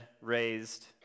raised